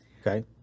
Okay